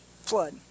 Flood